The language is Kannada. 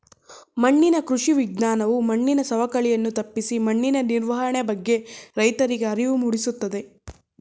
ಮಣ್ಣಿನ ಕೃಷಿ ವಿಜ್ಞಾನವು ಮಣ್ಣಿನ ಸವಕಳಿಯನ್ನು ತಪ್ಪಿಸಿ ಮಣ್ಣಿನ ನಿರ್ವಹಣೆ ಬಗ್ಗೆ ರೈತರಿಗೆ ಅರಿವು ಮೂಡಿಸುತ್ತದೆ